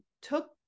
took